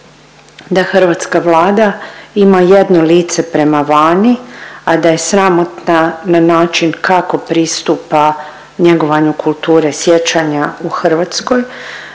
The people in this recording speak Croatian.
da hrvatska Vlada ima jedno lice prema vani, a da je sramotna na način kako pristupa njegovanju kulture sjećanja u Hrvatskoj,